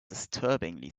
disturbingly